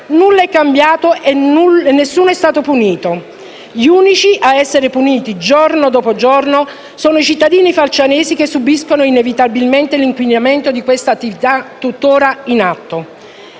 nulla è cambiato e nessuno è stato punito? Gli unici a essere puniti, giorno dopo giorno, sono i cittadini falcianesi, che subiscono inevitabilmente l'inquinamento di questa attività tutt'ora in atto.